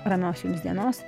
ramios jums dienos